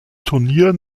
turnier